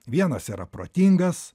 vienas yra protingas